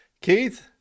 Keith